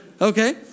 Okay